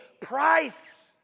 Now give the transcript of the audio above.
price